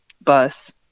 bus